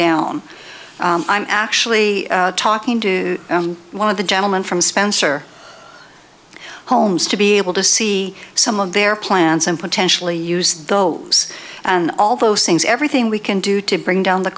down i'm actually talking to one of the gentleman from spencer holmes to be able to see some of their plans and potentially use those and all those things everything we can do to bring down the